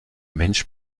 mensch